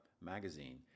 magazine –